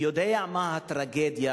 יודע מה הטרגדיה,